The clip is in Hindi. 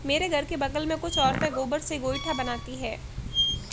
मेरे घर के बगल में कुछ औरतें गोबर से गोइठा बनाती है